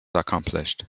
accomplished